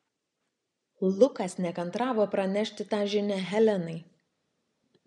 lukas nekantravo pranešti tą žinią helenai